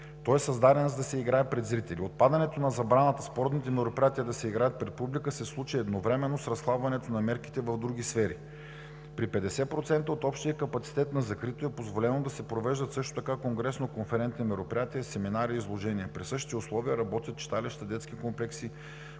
Той е създаден, за да се играе пред зрители. Отпадането на забраната спортните мероприятия да се играят пред публика се случи едновременно с разхлабването на мерките в други сфери. При 50% от общия капацитет на закрито е позволено да се провеждат също така конгресно-конферентни мероприятия, семинари и изложения. При същите условия работят читалища, детски комплекси,